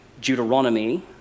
Deuteronomy